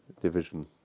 Division